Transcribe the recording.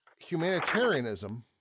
humanitarianism